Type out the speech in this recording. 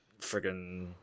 friggin